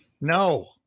no